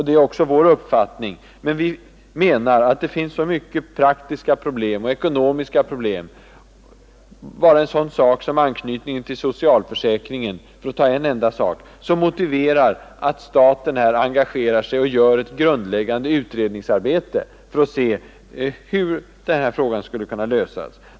Det är också vår uppfattning, men vi menar att det finns så många praktiska och ekonomiska problem — anknytningen till socialförsäkringen för att ta en enda sak — som motiverar att staten här engagerar sig och gör ett grundläggande utredningsarbete för att se hur denna fråga skall kunna lösas.